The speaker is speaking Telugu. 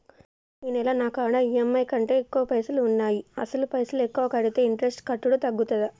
ఈ నెల నా కాడా ఈ.ఎమ్.ఐ కంటే ఎక్కువ పైసల్ ఉన్నాయి అసలు పైసల్ ఎక్కువ కడితే ఇంట్రెస్ట్ కట్టుడు తగ్గుతదా?